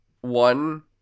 one